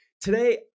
Today